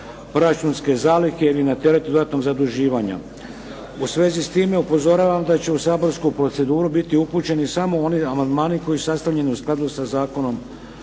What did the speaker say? proračunske zalihe ili na teret dodatnog zaduživanja. U svezi s time upozoravam da će u saborsku proceduru biti upućeni samo oni amandmani koji su sastavljeni u skladu sa Zakonom